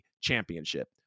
championship